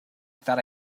thought